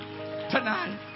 tonight